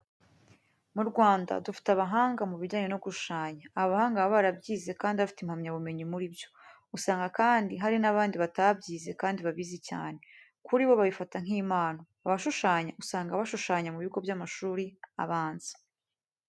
Mu Rwanda dufite abahanga mu bijyanye no gushushanya, aba bahanga baba barabyize kandi bafite impamyabumenyi muri byo, usanga kandi hari n'abandi batabyize kandi babizi cyane, kuri bo babifata nk'impano. Abashushanya usanga bashushanya ku bigo by'amashuri abanza.